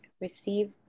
Receive